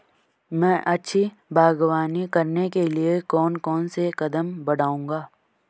मैं अच्छी बागवानी करने के लिए कौन कौन से कदम बढ़ाऊंगा?